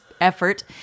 effort